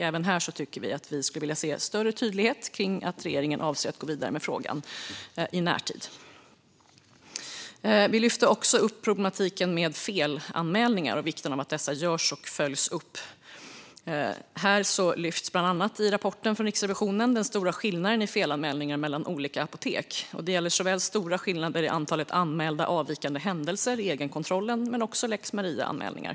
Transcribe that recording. Även här vill vi därför se större tydlighet kring att regeringen avser att gå vidare med frågan i närtid. Vi lyfte också upp problematiken med felanmälningar och vikten av att dessa görs och följs upp. Här lyfts bland annat i rapporten från Riksrevisionen den stora skillnaden i felanmälningar mellan olika apotek. Det gäller såväl stora skillnader i antalet anmälda avvikande händelser i egenkontrollen som lex Maria-anmälningar.